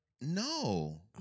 no